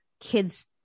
kid's